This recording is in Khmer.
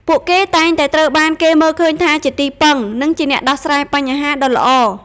ពួកគេតែងតែត្រូវបានគេមើលឃើញថាជាទីពឹង និងជាអ្នកដោះស្រាយបញ្ហាដ៏ល្អ។